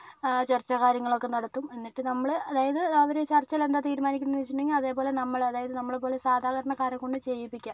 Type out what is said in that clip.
ആ ചർച്ച കാര്യങ്ങളൊക്കെ നടത്തും എന്നിട്ട് നമ്മള് അതായത് അവര് ചർചർച്ചയിലെന്താണ് തീരുമാനിക്കുന്നത് എന്ന് വെച്ചിട്ടുണ്ടെങ്കിൽ അത് അതേപോലെ നമ്മള് അതായത് നമ്മളെ പോലെ സാധാരണക്കാരെ കൊണ്ട് ചെയ്യിപ്പിക്കുക